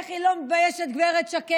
איך היא לא מתביישת, גב' שקד?